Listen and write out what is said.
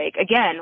again